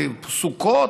בסוכות,